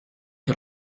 que